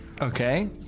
Okay